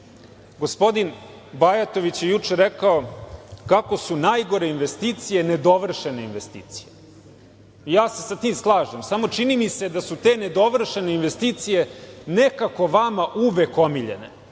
ništa. Gospodin Bajatović je juče rekao kako su najgore investicije nedovršene investicije. Slažem se sa tim, samo čini mi se da su te nedovršene investicije nekako vama uvek omiljene,